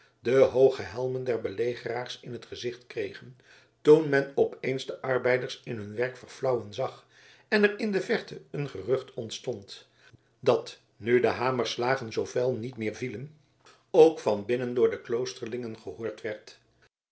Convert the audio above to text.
de hooge helmen der belegeraars in t gezicht kregen toen men op eens de arbeiders in hun werk verflauwen zag en er in de verte een gerucht ontstond dat nu de hamerslagen zoo fel niet meer vielen ook van binnen door de kloosterlingen gehoord werd